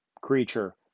creature